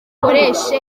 dukoreshe